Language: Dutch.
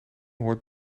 hoort